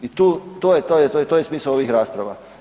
I tu, to je smisao ovih rasprava.